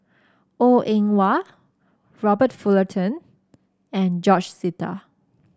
Goh Eng Wah Robert Fullerton and George Sita